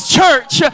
church